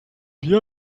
bier